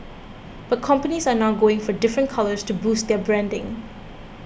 but companies are now going for different colours to boost their branding